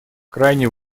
крайне